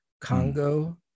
Congo